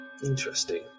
Interesting